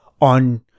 on